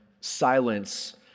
silence